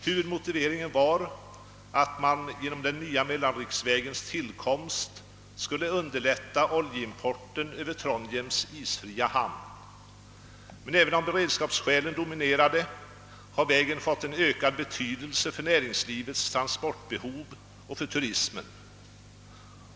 Huvudmotiveringen var att man genom den nya mellanriksvägen skulle underlätta oljeimporten över Trondheims isfria hamn. Men även om beredskapsskälen dominerade, har vägen fått en ökad betydelse för näringslivets transportbehov och för turismen.